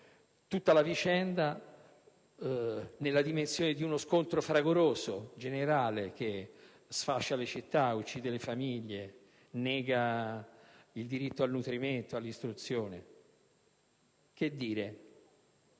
la vicenda nella dimensione di uno scontro fragoroso e generale, che sfascia le città, uccide le famiglie, nega il diritto al nutrimento e all'istruzione. Che dire?